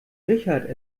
richard